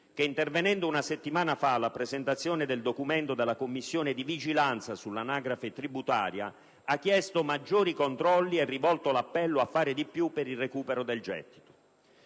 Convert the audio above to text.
intervenendo una settimana fa alla presentazione del documento della Commissione di vigilanza sull'anagrafe tributaria, ha chiesto maggiori controlli e rivolto un appello a fare di più per il recupero del gettito.